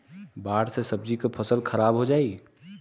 बाढ़ से सब्जी क फसल खराब हो जाई